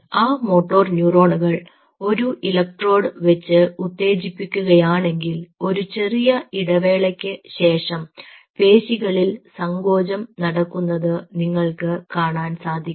ആ മോട്ടോർ ന്യൂറോണുകൾ ഒരു ഇലക്ട്രോഡ് വെച്ച് ഉത്തേജിപ്പിക്കുകയാണെങ്കിൽ ഒരു ചെറിയ ഇടവേളയ്ക്ക് ശേഷം പേശികളിൽ സങ്കോചം നടക്കുന്നത് നിങ്ങൾക്ക് കാണാൻ സാധിക്കും